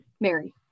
Mary